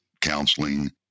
counseling